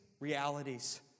realities